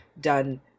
done